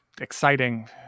exciting